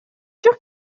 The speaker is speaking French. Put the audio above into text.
sûr